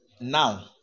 now